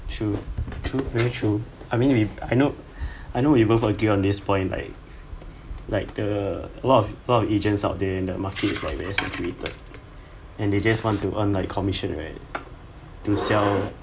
true true very true I mean we I know I know we both agree on this point like like the lot of lot of agents out there and the market is like very saturated and they just want to earn commission right to sell